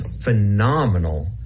phenomenal